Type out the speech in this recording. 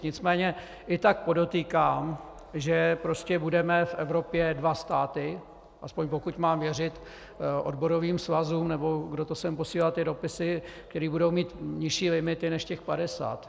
Nicméně i tak podotýkám, že prostě budeme v Evropě dva státy, aspoň pokud mám věřit odborovým svazům, nebo kdo sem posílá ty dopisy, které budou mít nižší limity než těch padesát.